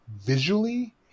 visually